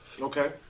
Okay